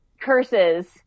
curses